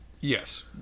yes